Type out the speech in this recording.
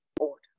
order